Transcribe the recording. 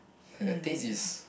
but that taste is